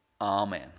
Amen